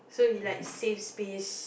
so it like save space